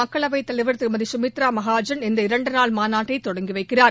மக்களவைத் தலைவர் திருமதி குமித்ரா மகாஜன் இந்த இரண்டு நாள் மாநாட்டை தொடங்கி வைக்கிறார்